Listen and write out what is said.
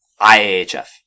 IAHF